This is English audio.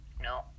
No